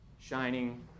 shining